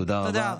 תודה רבה.